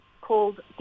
called